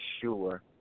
sure